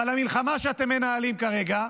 אבל המלחמה שאתם מנהלים כרגע,